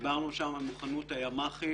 דיברנו שם על מוכנות הימ"חים